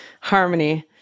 harmony